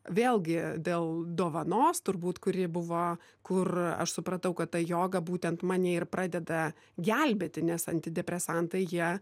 vėlgi dėl dovanos turbūt kuri buvo kur aš supratau kad ta joga būtent mane ir pradeda gelbėti nes antidepresantai ją